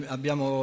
Abbiamo